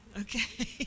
Okay